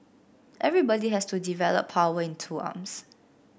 everybody has to develop power in two arms